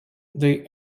the